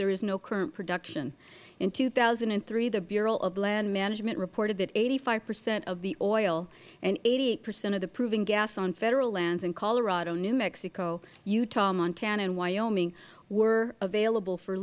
there is no current production in two thousand and three the bureau of land management reported that eighty five percent of the oil and eighty eight percent of the proven gas on federal lands in colorado new mexico utah montana and wyoming were available for